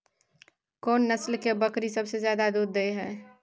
कोन नस्ल के बकरी सबसे ज्यादा दूध दय हय?